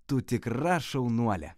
tu tikra šaunuolė